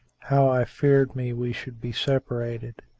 how i feared me we should be separated!